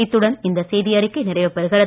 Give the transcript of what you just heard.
இத்துடன் இந்த செய்திஅறிக்கை நிறைவுபெறுகிறது